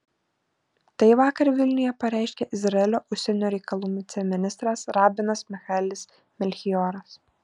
tai vakar vilniuje pareiškė izraelio užsienio reikalų viceministras rabinas michaelis melchioras